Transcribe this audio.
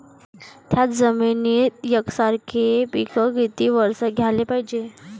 थ्याच जमिनीत यकसारखे पिकं किती वरसं घ्याले पायजे?